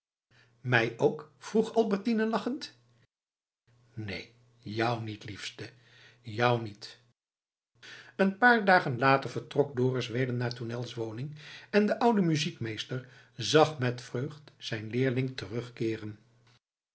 mij ook vroeg albertine lachend neen jou niet liefste jou niet een paar dagen later vertrok dorus weder naar tournels woning en de oude muziekmeester zag met vreugd zijn leerling terugkeeren